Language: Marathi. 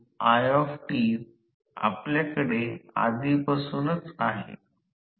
तर या प्रकरणात कोणतेही टॉर्क विकसित झाले नाही आणि रोटर स्थिर आहे